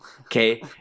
okay